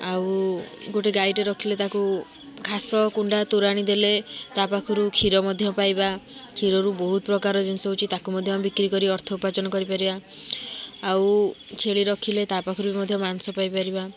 ଆଉ ଗୋଟେ ଗାଈଟେ ରଖିଲେ ତାକୁ ଘାସ କୁଣ୍ଡା ତୋରାଣି ଦେଲେ ତା ପାଖରୁ କ୍ଷୀର ମଧ୍ୟ ପାଇବା କ୍ଷୀରରୁ ବହୁତ ପ୍ରକାର ଜିନିଷ ହେଉଛି ତାକୁ ମଧ୍ୟ ଆମେ ବିକ୍ରିକରି ଅର୍ଥ ଉପାର୍ଜନ କରିପାରିବା ଆଉ ଛେଳି ରଖିଲେ ତା ପାଖରୁ ମଧ୍ୟ ମାଂସ ପାଇପାରିବା